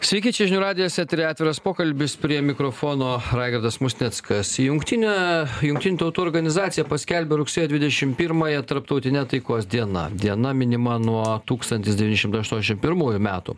sveiki čia žinių radijas etery atviras pokalbis prie mikrofono raigardas musnickas jungtinė jungtinių tautų organizacija paskelbė rugsėjo dvidešim pirmąją tarptautine taikos diena diena minima nuo tūkstantis devyni šimtai aštuondešim pirmųjų metų